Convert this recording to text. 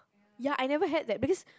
ya I never had that because